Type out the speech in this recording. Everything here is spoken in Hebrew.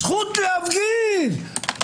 הזכות להפגין.